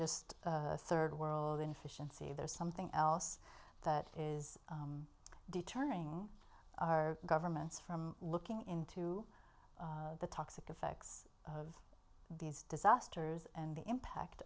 just third world inefficiency there's something else that is deterring our governments from looking into the toxic effects of these disasters and the impact